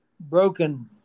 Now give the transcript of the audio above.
broken